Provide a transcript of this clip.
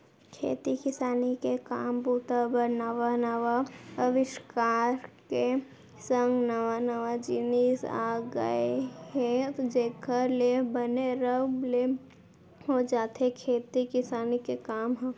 खेती किसानी के काम बूता बर नवा नवा अबिस्कार के संग नवा नवा जिनिस आ गय हे जेखर ले बने रब ले हो जाथे खेती किसानी के काम ह